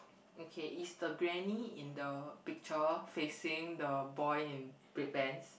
okay is the granny in the picture facing the boy in red pants